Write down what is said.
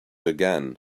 again